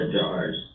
jars